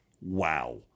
Wow